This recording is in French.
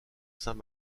saint